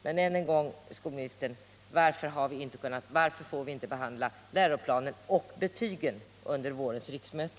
Men än en gång, skolminister Rodhe: Varför får vi inte behandla läroplanen och även betygen under innevarande riksmöte?